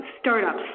Startups